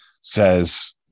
says